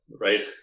right